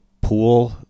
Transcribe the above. pool